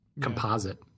composite